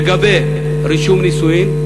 לגבי רישום נישואים,